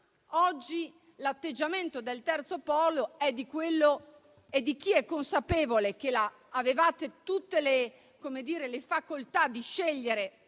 oggi l'atteggiamento del Terzo polo è di chi è consapevole che avevate tutte le facoltà di scegliere